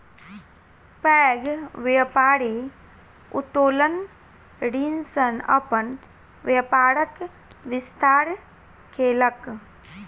पैघ व्यापारी उत्तोलन ऋण सॅ अपन व्यापारक विस्तार केलक